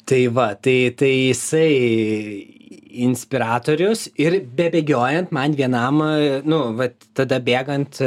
tai va tai tai jisai inspiratorius ir bebėgiojant man vienam nu vat tada bėgant